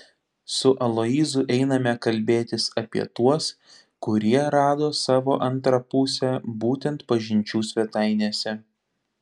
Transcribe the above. su aloyzu einame kalbėtis apie tuos kurie rado savo antrą pusę būtent pažinčių svetainėse